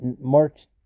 March